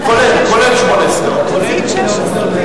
עד עמוד 56. אנחנו מצביעים על סעיף 18 ל-2011,